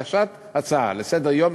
הגשת הצעה לסדר-יום,